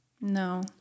No